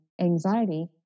anxiety